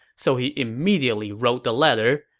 so he immediately wrote the letter,